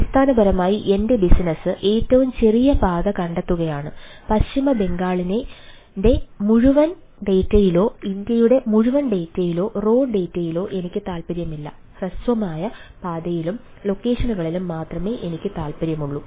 അടിസ്ഥാനപരമായി എന്റെ ബിസിനസ്സ്യിലോ എനിക്ക് താൽപ്പര്യമില്ല ഹ്രസ്വമായ പാതയിലും ലൊക്കേഷനുകളിലും മാത്രമേ എനിക്ക് താൽപ്പര്യമുള്ളൂ